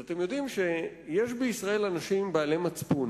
אתם יודעים שיש בישראל אנשים בעלי מצפון